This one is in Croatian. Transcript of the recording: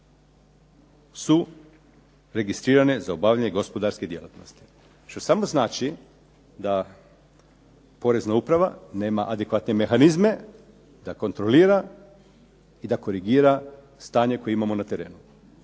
su registrirane za obavljanje gospodarske djelatnosti. Što samo znači da porezna uprava nema adekvatne mehanizme da kontrolira i da korigira stanje koje imamo na terenu.